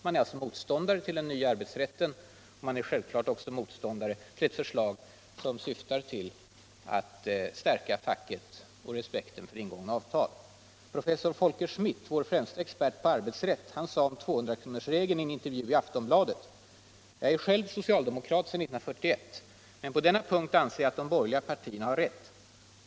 Man är alltså motståndare till den nya arbetsrätten, och man är självfallet också motståndare till ett förslag som syftar till att stärka facket och respekten för ingångna avtal. Professor Folke Schmidt, vår främste expert på arbetsrätt, sade om 200-kronorsregeln i en intervju i Aftonbladet: ”Jag är själv socialdemokrat sedan 1941, men på denna punkt anser jag att de borgerliga partierna har rätt.